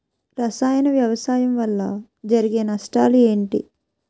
రసాయన వ్యవసాయం వల్ల జరిగే నష్టాలు ఏంటి?